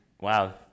Wow